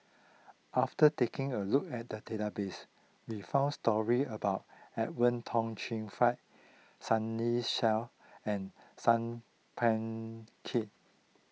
after taking a look at the database we found stories about Edwin Tong Chun Fai Sunny Sia and Sat Pal